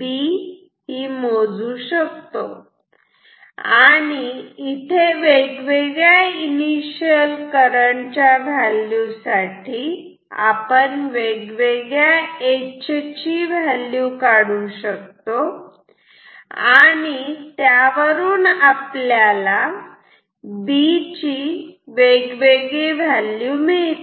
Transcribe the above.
B मोजू शकतो आणि इथे वेगवेगळ्या इनिशियल करंट च्या व्हॅल्यू साठी आपण वेगवेगळ्या H ची व्हॅल्यू काढू शकतो आणि त्यावरून आपल्याला B ची वेगवेगळी व्हॅल्यू मिळते